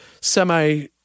semi